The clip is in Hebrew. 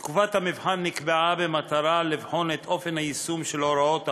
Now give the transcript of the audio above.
תקופת המבחן נקבעה במטרה לבחון את אופן היישום של הוראות החוק,